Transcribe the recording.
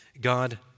God